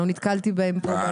לא נתקלתי בהן.